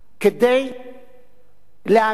להעמיד את הנושא על סדר-היום,